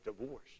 divorce